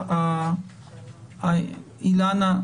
אילנה,